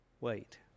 Wait